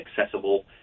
accessible